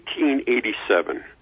1887